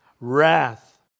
wrath